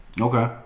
Okay